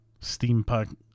steampunk